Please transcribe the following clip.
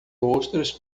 ostras